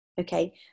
okay